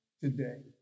today